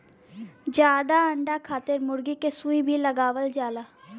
जादा अंडा खातिर मुरगी के सुई भी लगावल जाला